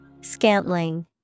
Scantling